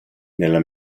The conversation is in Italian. nella